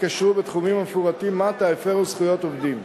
התקשרו בתחומים המפורטים מטה הפר זכויות עובדים.